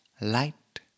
light